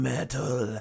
Metal